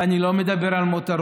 ואני לא מדבר על מותרות,